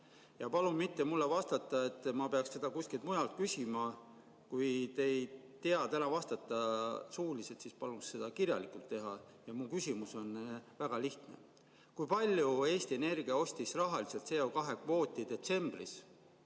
Ja palun mitte mulle vastata, et ma peaksin seda kuskilt mujalt küsima. Kui te ei tea täna vastata suuliselt, siis paluks seda kirjalikult teha. Ja mu küsimus on väga lihtne: kui palju Eesti Energia ostis rahaliselt CO2kvooti detsembris